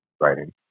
writing